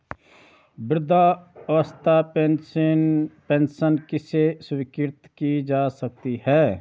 वृद्धावस्था पेंशन किसे स्वीकृत की जा सकती है?